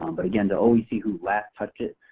um but again, to only see who last touched it,